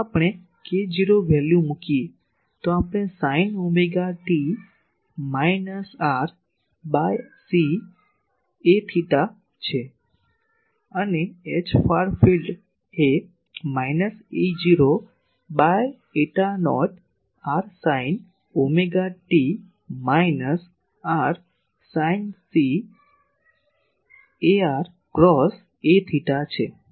જો આપણે કે k0 વેલ્યુ મૂકીએ તો આપણે sine omega t minus r by c અ થેટા છે અને Hfar field એ minus E0 by eta naught r sine omega t minus r by c ar cross a𝜃 છે